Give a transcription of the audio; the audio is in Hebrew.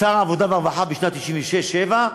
העבודה והרווחה, בשנת 1996, 1997,